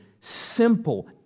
simple